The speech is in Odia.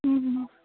ହୁଁ ହୁଁ